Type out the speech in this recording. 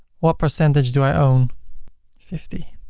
what percentage do i own fifty.